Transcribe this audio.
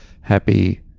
Happy